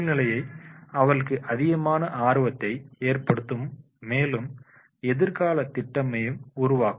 சூழ்நிலை அவர்களுக்கு அதிகமான ஆர்வத்தை ஏற்படுத்தும் மேலும் எதிர்கால திட்டமிடலையும் உருவாக்கும்